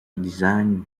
designed